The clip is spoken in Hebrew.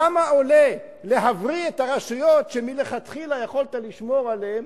כמה עולה להבריא את הרשויות שמלכתחילה יכולת לשמור עליהן,